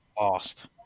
Lost